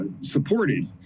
supported